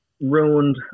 ruined